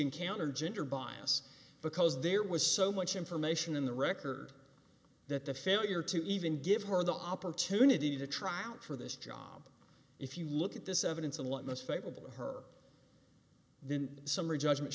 encountered gender bias because there was so much information in the record that the failure to even give her the opportunity to try out for this job if you look at this evidence and what most favorable to her didn't summary judgment